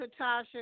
Katasha